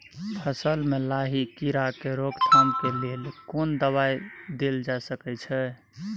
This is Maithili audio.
फसल में लाही कीरा के रोकथाम के लेल कोन दवाई देल जा सके छै?